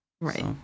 Right